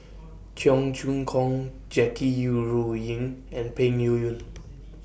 Cheong Choong Kong Jackie YOU Ru Ying and Peng Niuyun